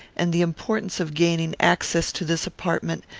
and the importance of gaining access to this apartment,